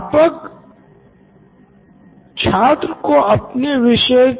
अब सवाल है की छात्र स्कूल मे विभिन्न क्रियाओं मे क्यो शामिल होते है